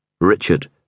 Richard